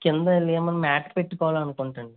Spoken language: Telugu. కింద ఏమన్నా మ్యాట్ పెట్టుకోవాలి అనుకుంటానండి